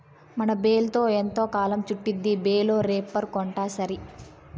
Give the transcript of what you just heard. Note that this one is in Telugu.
మనం బేల్తో ఎంతకాలం చుట్టిద్ది బేలే రేపర్ కొంటాసరి